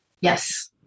yes